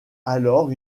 alors